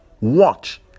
watch